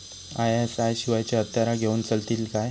ISI शिवायची हत्यारा घेऊन चलतीत काय?